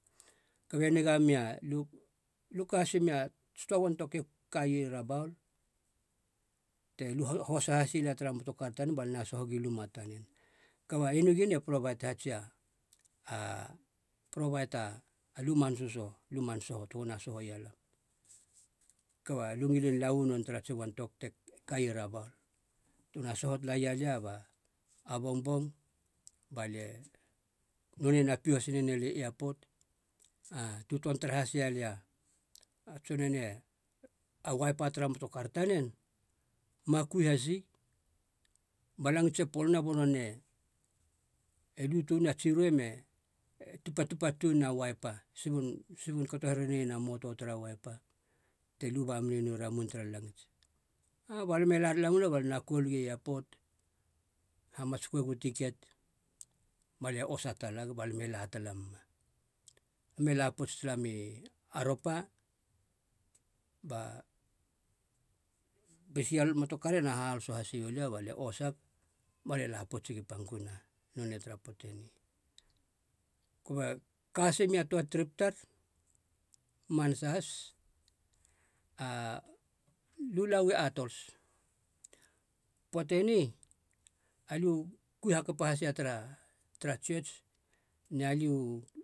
Kabe niga mea lu- lu ka hasimea ts’toa wantok e kaie rabaul te hosa hasi lia tara motokar tanen bal na soho gi luma tanen. Kaba eniu gini e probait hestsia probait hatsia aluman sösoho luman soho togo na sohoia lam. Kaba lu ngilin lau nonei tara tsi uantok te kai rabaul tuna soho tala ia lia ba a bongbong balie, nonei na pio has ne nei lia i epot, tu ton tara hasia lia a tson nenie a uaipa tara motokar tanen ma kui hasi ba langits e polona bonone e lu tuni a tsi rue me e tupatupa tun na uaipa subun subun kato here neien a moto tara uaipa te luba menu ramun tara langits. Aa balam e la tala mula balna kol gi epot, hamatsköegu tiket balia osa talagu balam e la tala muma. Lam e la pouts tala mi aropa ba bcl motokar ena hahaloso hase iolia balia osag balie la poutsegi panguna nonei tara poate ni. Kube ka hasime a toa trip tar manasa has lu lau i atols, poate ni aliu kui hakapa has ia tara tara tsiots na liu